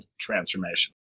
transformation